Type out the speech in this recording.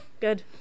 Good